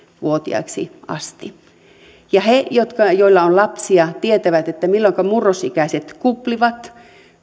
vuotiaaksi asti he joilla on lapsia tietävät milloinka murrosikäiset kuplivat